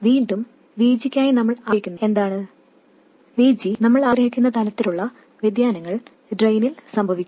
വീണ്ടും VG ക്കായി നമ്മൾ ആഗ്രഹിക്കുന്നത് എന്താണ് VG നമ്മൾ ആഗ്രഹിക്കുന്ന തരത്തിലുള്ള വ്യതിയാനങ്ങൾ ഡ്രെയിനിൽ സംഭവിക്കുന്നു